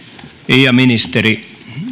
ja ministeri